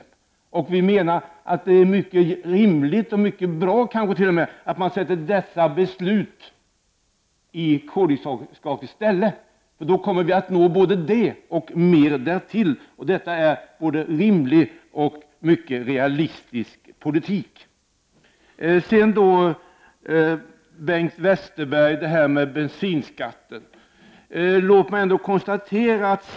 Vi i centern menar att det är mycket rimligt och kanske t.o.m. mycket bra att man fattar dessa beslut om koldioxiden i stället. Då kommer nämligen både detta mål och mer därtill att uppnås. Detta är en både rimlig och mycket realistisk politik. Bengt Westerberg talade om bensinskatten.